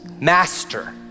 Master